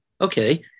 okay